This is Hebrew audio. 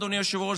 אדוני היושב-ראש,